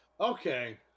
Okay